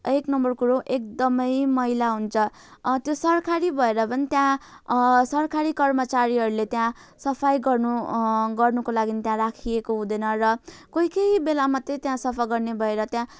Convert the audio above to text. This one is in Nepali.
एक नम्बर कुरो एकदमै मैला हुन्छ त्यो सरकारी भएर पनि त्यहाँ सरकारी कर्मचारीहरूले त्यहाँ सफाई गर्नु गर्नुको लागि त्यहाँ राखिएको हुँदैन र कोही कोही बेला मात्रै त्यहाँ सफा गर्ने भएर त्यहाँ